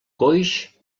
coix